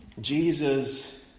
Jesus